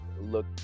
look